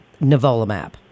nivolumab